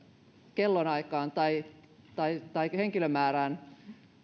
kellonaikaan tai tai henkilömäärään